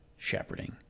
shepherding